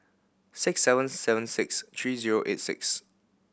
six seven seven six three zero eight six